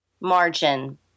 Margin